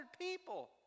people